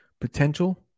potential